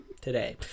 today